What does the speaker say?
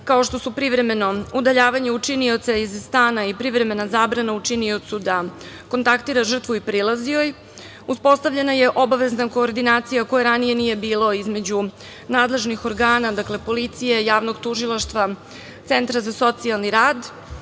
kao što su privremeno udaljavanje učinioca iz stana, i privremena zabrana učiniocu da kontaktira žrtvu i prilazi joj. Uspostavljena je obavezna koordinacija, koje ranije nije bilo, između nadležnih organa, dakle, policije, javnog tužilaštva, centra za socijalni rad.